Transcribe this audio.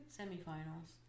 Semifinals